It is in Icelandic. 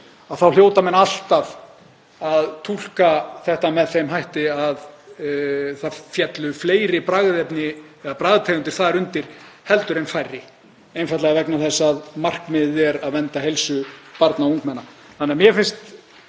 þá hljóta menn alltaf að túlka þetta með þeim hætti að það falli fleiri bragðefni eða bragðtegundir þar undir heldur en færri, einfaldlega vegna þess að markmiðið er að vernda heilsu barna og ungmenna.